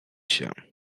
się